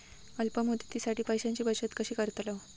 अल्प मुदतीसाठी पैशांची बचत कशी करतलव?